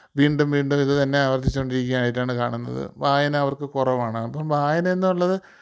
വീണ്ടും വീണ്ടും ഇത് തന്നെ ആവർത്തിച്ചുകൊണ്ടിരിക്കുകയായിട്ടാണ് കാണുന്നത് വായന അവർക്ക് കുറവാണ് അപ്പം വായന എന്നുള്ളത്